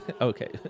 okay